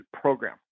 program